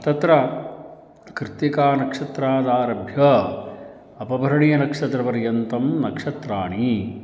तत्र कृत्तिका नक्षत्रादारभ्य अपभरणीनक्षत्रपर्यन्तं नक्षत्राणी